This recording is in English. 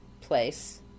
place